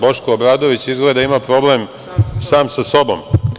Boško Obradović, izgleda ima problem sam sa sobom.